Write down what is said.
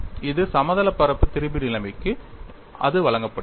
இது சமதளப் பரப்பு திரிபு நிலைமைக்கு அது வழங்கப்படுகிறது